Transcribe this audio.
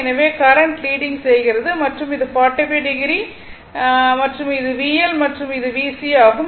எனவே current leading செய்கிறது மற்றும் இது 45o மற்றும் இது VL மற்றும் இது VC ஆகும்